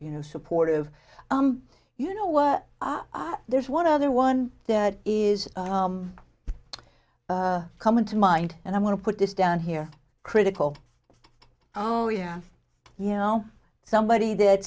you know supportive you know what there's one other one that is coming to mind and i'm going to put this down here critical oh yeah you know somebody that